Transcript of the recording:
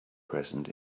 present